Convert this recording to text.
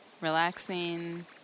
relaxing